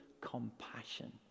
compassion